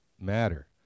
matter